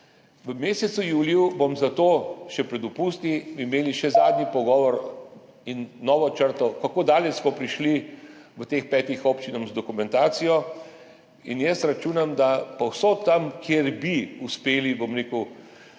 V mesecu juliju bom zato še pred dopusti imel še zadnji pogovor in novo črto, kako daleč smo prišli v teh petih občinah z dokumentacijo in jaz računam, da bi bila povsod tam, kjer bi uspeli s